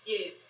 Yes